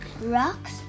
rocks